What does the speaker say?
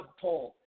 poll